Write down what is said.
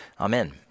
Amen